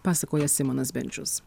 pasakoja simonas bendžius